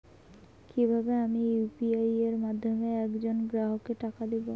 কিভাবে আমি ইউ.পি.আই এর মাধ্যমে এক জন গ্রাহককে টাকা দেবো?